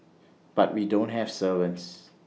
but we don't have servants